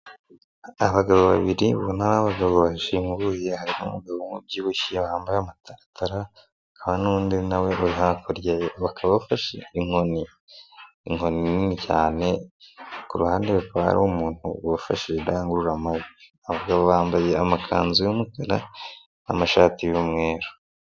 Abagabo babiri ubona ara abagabo bashiguye hari umwe umubyibushye wambaye amataratara hakaba undi nawe uri hakurya bakaba bafashe inkoni, inkoni nini cyane ku ruhande rwa hari umuntu wafasheshije idangurura ,abagabo bambaye amakanzu y'umukara n'amashati y'umweru.